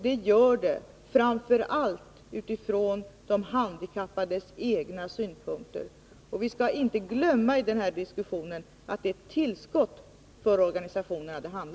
Det gäller framför allt utifrån de handikappades egna synpunkter. I den här diskussionen skall vi inte glömma att det handlar om ett tillskott för organisationerna.